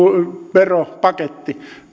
veropaketti